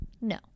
No